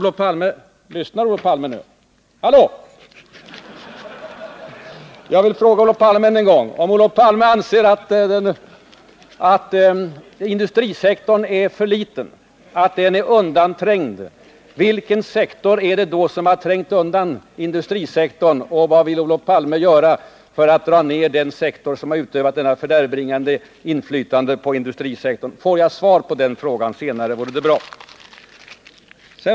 Lyssnar Olof Palme nu? Hallå! Jag vill fråga Olof Palme än en gång: Om Olof Palme anser att industrisektorn är för liten, att den är undanträngd, vilken sektor är det då som har trängt undan industrisektorn, och vad vill Olof Palme göra för att dra ner den sektor som utövat ett så fördärvbringande inflytande på industrisektorn? Får jag svar på den frågan senare vore det bra.